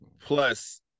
plus